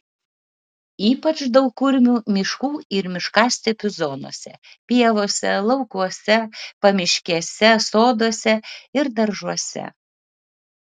ypač daug kurmių miškų ir miškastepių zonose pievose laukuose pamiškėse soduose ir daržuose